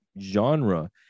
genre